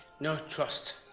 no trust,